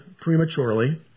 prematurely